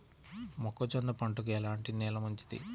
మొక్క జొన్న పంటకు ఎలాంటి నేల మంచిది?